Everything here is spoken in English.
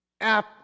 App